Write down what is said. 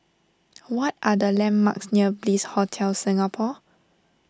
what are the landmarks near Bliss Hotel Singapore